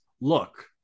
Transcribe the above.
Look